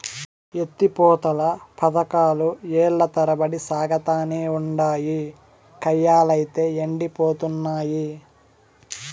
ఎత్తి పోతల పదకాలు ఏల్ల తరబడి సాగతానే ఉండాయి, కయ్యలైతే యెండిపోతున్నయి